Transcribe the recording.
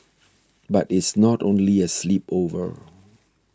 but it's not only a sleepover